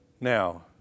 Now